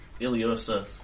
Iliosa